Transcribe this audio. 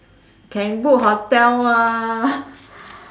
can book hotel mah